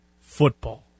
football